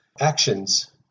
actions